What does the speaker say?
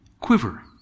quiver